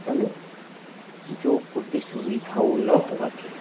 અને જો પૂરતી સુવિધાઓ ન હોવાથી